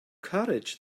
courage